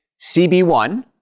CB1